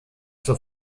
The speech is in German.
zur